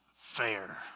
fair